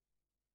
כ"ו בכסלו תשע"ט,